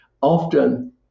often